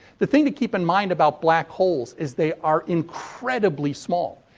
the thing to keep in mind about black holes is they are incredibly small.